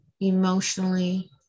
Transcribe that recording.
emotionally